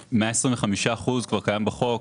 125% כבר קיים בחוק,